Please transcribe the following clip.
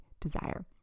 desire